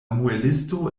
muelisto